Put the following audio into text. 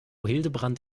hildebrand